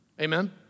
Amen